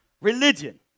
religion